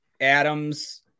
Adams